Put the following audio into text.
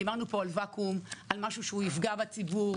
דיברנו פה על ואקום, על משהו שיפגע בציבור.